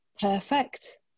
perfect